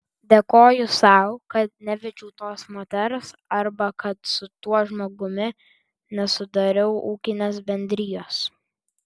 dėkoju sau kad nevedžiau tos moters arba kad su tuo žmogumi nesudariau ūkinės bendrijos